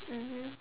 mmhmm